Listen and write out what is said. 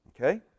Okay